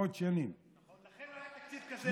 עשרות שנים, נכון, לכן לא היה תקציב כזה רע.